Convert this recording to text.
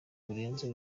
burenze